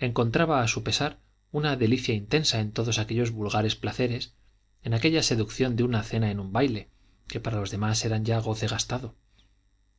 encontraba a su pesar una delicia intensa en todos aquellos vulgares placeres en aquella seducción de una cena en un baile que para los demás era ya goce gastado